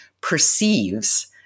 perceives